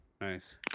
Nice